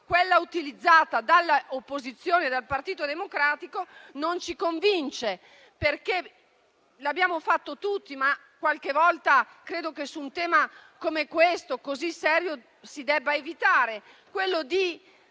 quella utilizzata dall'opposizione e dal Partito Democratico, non ci convince. L'abbiamo fatto tutti, ma qualche volta credo che su un tema così serio come questo si debba evitare